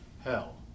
hell